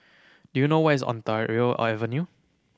do you know where is Ontario Avenue